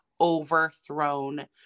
overthrown